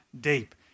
deep